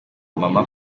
mama